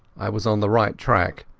i was on the right track,